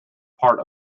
part